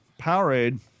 Powerade